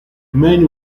many